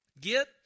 Get